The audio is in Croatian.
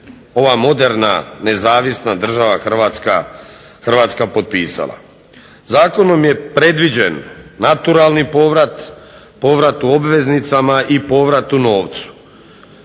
ova moderna nezavisna država Hrvatska potpisala. Zakonom je predviđen naturalni povrat, povrat u obveznicama i povrat u novcu.